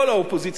לא רק אותך,